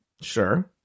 Sure